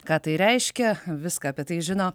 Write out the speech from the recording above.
ką tai reiškia viską apie tai žino